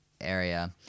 area